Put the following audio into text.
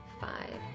five